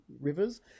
rivers